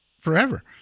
forever